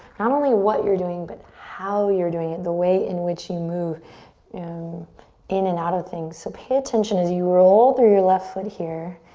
not only what you're doing, but how you're doing it, the way in which you move in in and out of things. so pay attention as you roll through your left foot here,